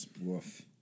Woof